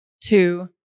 two